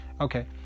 okay